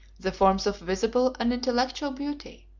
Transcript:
the forms of visible and intellectual beauty,